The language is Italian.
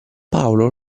paolo